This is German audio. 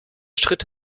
schritt